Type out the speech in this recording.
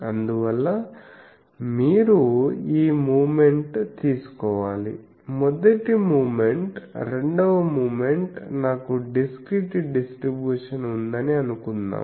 అందువల్ల మీరు ఈ మూమెంట్ తీసుకోవాలి మొదటి మూమెంట్ రెండవ మూమెంట్ నాకు డిస్క్రీట్ డిస్ట్రిబ్యూషన్ ఉందని అనుకుందాం